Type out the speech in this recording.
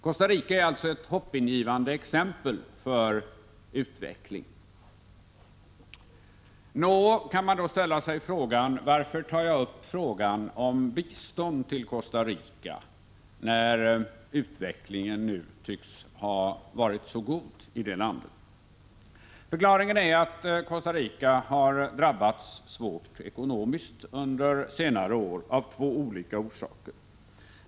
Costa Rica är alltså ett hoppingivande exempel på utveckling. Nå, kan man ställa sig frågan: Varför tar jag då upp frågan om bistånd till Costa Rica, när utvecklingen nu tycks ha varit så god i det landet? Förklaringen är att Costa Rica har drabbats svårt ekonomiskt under senare år, av två olika orsaker.